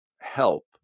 help